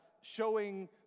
showing